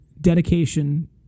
dedication